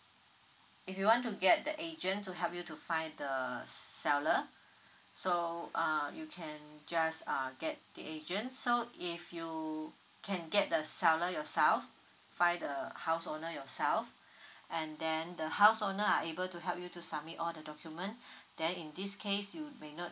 if you want to get the agent to help you to find the seller so uh you can just err get the agent so if you can get the seller yourself find the house owner yourself and then the house owner are able to help you to submit all the document then in this case you may not